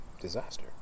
disaster